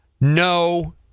No